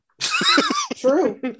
true